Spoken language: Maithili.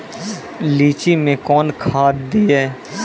लीची मैं कौन खाद दिए?